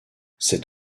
cet